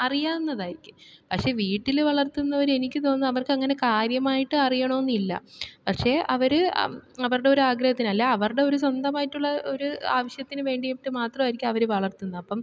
അറിയാവുന്നതായിരിക്കും പക്ഷെ വീട്ടിൽ വളർത്തുന്നവർ എനിക്ക് തോന്നുന്നു അവർക്ക് അങ്ങനെ കാര്യമായിട്ട് അറിയണം എന്നില്ല പക്ഷെ അവർ അവരുടെ ഒരു ആഗ്രഹത്തിന് അല്ലെങ്കിൽ അവരുടെ ഒരു സ്വന്തമായിട്ടുള്ള ഒരു ആവശ്യത്തിനു വേണ്ടിയിട്ട് മാത്രായിരിക്കും അവർ വളർത്തുന്നത് അപ്പം